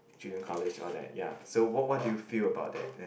Junior College all that ya so what what do you feel about that ya